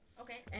okay